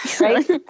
Right